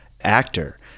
actor